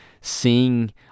seeing